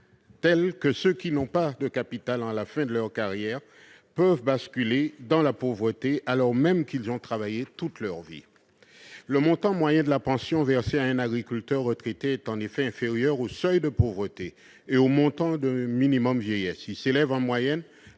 telle que ceux qui n'ont pas de capital à la fin de leur carrière peuvent basculer dans la pauvreté, alors même qu'ils ont travaillé toute leur vie. Le montant moyen de la pension versée à un agriculteur retraité est, en effet, inférieur au seuil de pauvreté et au montant du minimum vieillesse, puisqu'il s'élève à 766